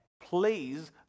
please